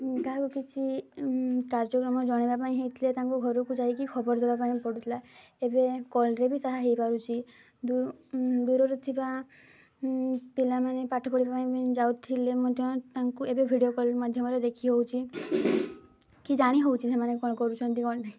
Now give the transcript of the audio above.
କାହାକୁ କିଛି କାର୍ଯ୍ୟକ୍ରମ ଜଣାଇବା ପାଇଁ ହୋଇଥିଲେ ତାଙ୍କୁ ଘରକୁ ଯାଇକରି ଖବର ଦେବା ପାଇଁ ପଡ଼ୁଥିଲା ଏବେ କଲ୍ରେ ବି ତାହା ହୋଇପାରୁଛି ଦୂରରୁ ଥିବା ପିଲାମାନେ ପାଠ ପଢ଼ିବା ପାଇଁ ଯାଉଥିଲେ ମଧ୍ୟ ତାଙ୍କୁ ଏବେ ଭିଡ଼ିଓ କଲ୍ ମାଧ୍ୟମରେ ଦେଖି ହେଉଛି କି ଜାଣିହେଉଛି ସେମାନେ କ'ଣ କରୁଛନ୍ତି କ'ଣ ନାହିଁ